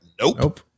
Nope